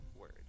word